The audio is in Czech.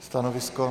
Stanovisko?